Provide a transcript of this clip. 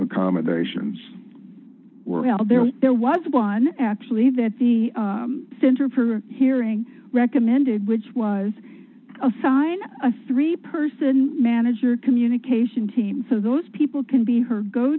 accommodations well there are there was one actually that the center for hearing recommended which was assign a three person manager communication team so those people can be her go